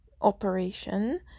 operation